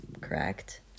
correct